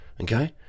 Okay